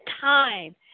time